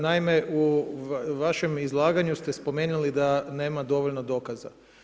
Naime u vašem izlaganju ste spomenuli da nema dovoljno dokaza.